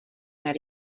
that